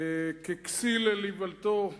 ככסיל על איוולתו,